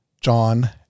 John